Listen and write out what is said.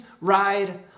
ride